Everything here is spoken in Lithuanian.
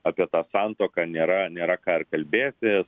apie tą santuoką nėra nėra ką ir kalbėti